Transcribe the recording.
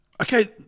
Okay